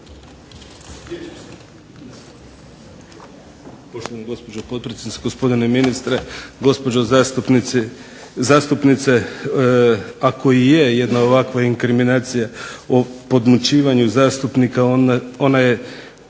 Poštovana gospođo potpredsjednice, gospodine ministre, gospodo zastupnici i zastupnice. Ako i je jedna ovakva inkriminacija o podmićivanju zastupnika ona je